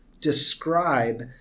describe